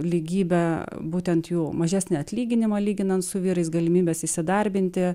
lygybę būtent jų mažesnį atlyginimą lyginant su vyrais galimybes įsidarbinti